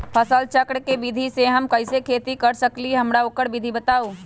फसल चक्र के विधि से हम कैसे खेती कर सकलि ह हमरा ओकर विधि बताउ?